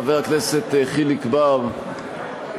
חבר הכנסת חיליק בר,